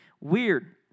weird